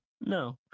No